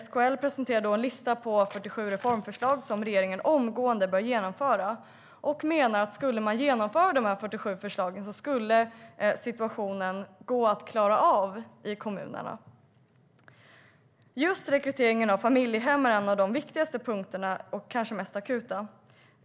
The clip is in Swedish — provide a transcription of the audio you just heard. SKL presenterade en lista med 47 reformförslag som regeringen omgående bör genomföra. De menar: Skulle man genomföra de här 47 förslagen skulle situationen gå att klara av i kommunerna. Just rekryteringen av familjehem är en av de viktigaste punkterna, kanske den mest akuta.